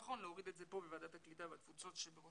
לנכון להעלות את זה פה בוועדת הקליטה והתפוצות שבראשך